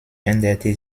änderte